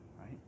right